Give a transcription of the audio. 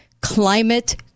climate